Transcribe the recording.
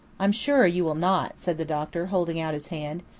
i'm sure you will not, said the doctor, holding out his hand.